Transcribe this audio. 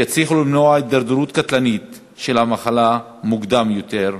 שיצליחו למנוע הידרדרות קטלנית של המחלה מוקדם יותר,